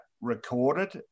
recorded